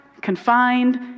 confined